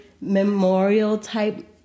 memorial-type